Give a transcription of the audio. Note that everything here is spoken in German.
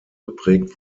geprägt